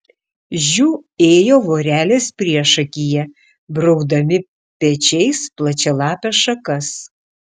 žiu ėjo vorelės priešakyje braukdami pečiais plačialapes šakas